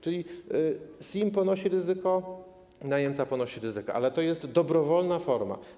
Czyli SIM ponosi ryzyko, najemca ponosi ryzyko, ale to jest dobrowolna forma.